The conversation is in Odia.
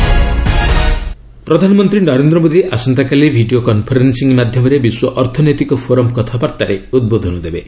ପିଏମ୍ ଡବ୍ଲ୍ୟଇଏଫ୍ ପ୍ରଧାନମନ୍ତ୍ରୀ ନରେନ୍ଦ୍ର ମୋଦୀ ଆସନ୍ତାକାଲି ଭିଡ଼ିଓ କନ୍ଫରେନ୍ନିଂ ମାଧ୍ୟମରେ ବିଶ୍ୱ ଅର୍ଥନୈତିକ ଫୋରମ୍ କଥାବାର୍ତ୍ତାରେ ଉଦ୍ବୋଧନ ଦେବେ